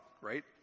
right